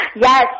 Yes